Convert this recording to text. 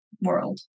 world